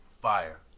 Fire